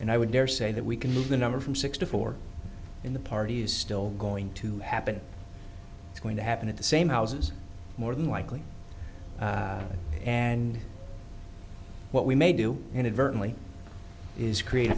and i would dare say that we can move the number from six to four in the party is still going to happen it's going to happen at the same houses more than likely and what we may do inadvertently is create a